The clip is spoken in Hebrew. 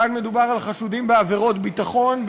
כאן מדובר על חשודים בעבירות ביטחון,